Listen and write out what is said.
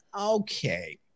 Okay